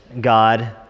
God